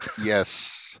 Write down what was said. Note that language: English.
Yes